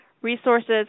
resources